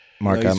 Mark